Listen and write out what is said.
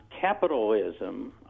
capitalism